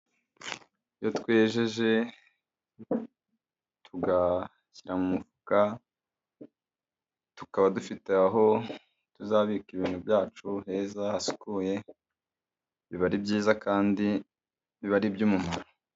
Yo twejeje, tugashyira mu mufuka, tukaba dufite aho, tuzabika ibintu byacu heza hasukuye, biba ari byiza kandi, biba ari iby'umumaro.